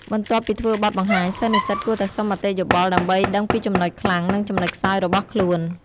បន្ទាប់ពីធ្វើបទបង្ហាញ សិស្សនិស្សិតគួរតែសុំមតិយោបល់ដើម្បីដឹងពីចំណុចខ្លាំង និងចំណុចខ្សោយរបស់ខ្លួន។